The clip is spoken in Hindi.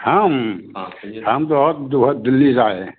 हम हम तो बहुत जो है दिल्ली से आए हैं